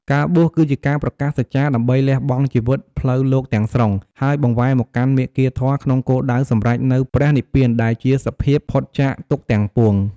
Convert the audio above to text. ការបួសគឺជាការប្រកាសសច្ចាដើម្បីលះបង់ជីវិតផ្លូវលោកទាំងស្រុង ហើយបង្វែរមកកាន់មាគ៌ាធម៌ ក្នុងគោលដៅសម្រេចនូវ ព្រះនិព្វាន ដែលជាសភាពផុតចាកទុក្ខទាំងពួង។